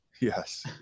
Yes